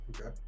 Okay